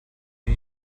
die